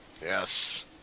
Yes